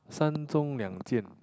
San-Zhong-Liang-Jian